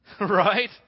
Right